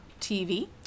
TV